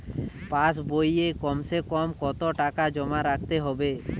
পাশ বইয়ে কমসেকম কত টাকা জমা রাখতে হবে?